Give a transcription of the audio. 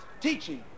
teaching